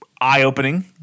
eye-opening